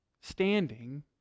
standing